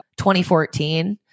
2014